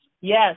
Yes